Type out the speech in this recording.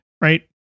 right